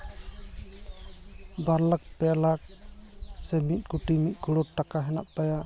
ᱵᱟᱨ ᱞᱟᱠᱷ ᱯᱮ ᱞᱟᱠᱷ ᱥᱮ ᱢᱤᱫ ᱠᱳᱴᱤ ᱢᱤᱫ ᱠᱚᱨᱳᱲ ᱴᱟᱠᱟ ᱦᱮᱱᱟᱜ ᱛᱟᱭᱟ